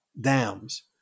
dams